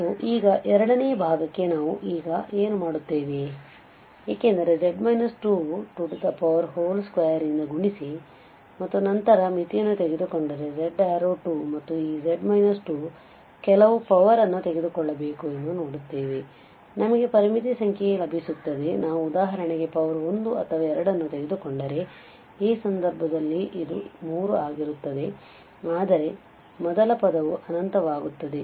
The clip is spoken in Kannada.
ಮತ್ತು ಈಗ ಎರಡನೇ ಭಾಗಕ್ಕೆ ನಾವು ಈಗ ಏನು ಮಾಡುತ್ತೇವೆ ಏಕೆಂದರೆ z 22 ರಿಂದ ಗುಣಿಸಿ ಮತ್ತು ನಂತರ ಮಿತಿಯನ್ನು ತೆಗೆದುಕೊಂಡರೆ z → 2 ಮತ್ತು ಈ z 2 ಕೆಲವು ಪವರ್ ಅನ್ನು ತೆಗೆದುಕೊಳ್ಳಬೇಕು ಎಂದು ನೋಡುತ್ತೇವೆ ನಮಗೆ ಪರಿಮಿತಿ ಸಂಖ್ಯೆ ಲಭಿಸುತ್ತದೆ ನಾವು ಉದಾಹರಣೆಗೆ ಪವರ್ 1 ಅಥವಾ 2 ಅನ್ನು ತೆಗೆದುಕೊಂಡರೆ ಈ ಸಂದರ್ಭದಲ್ಲಿ ಇದು 3 ಆಗಿರುತ್ತದೆ ಆದರೆ ಮೊದಲ ಪದವು ಅನಂತವಾಗುತ್ತದೆ